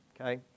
okay